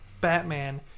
Batman